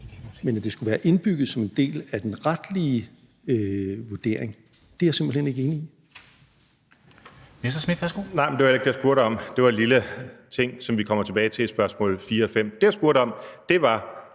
men at det skulle være indbygget som en del af den retlige vurdering, er jeg simpelt hen ikke enig i.